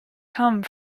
come